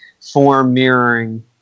form-mirroring